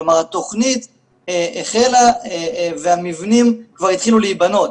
כלומר התוכנית החלה והמבנים כבר התחילו להיבנות.